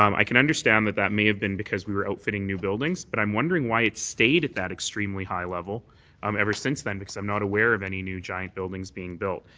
um i can understand that that may have been because we were outfitting new buildings, but i'm wondering why it stayed at that extremely high level um are since then because i'm not aware of any new giant buildings being built.